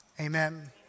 Amen